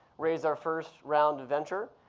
raised our first round of venture.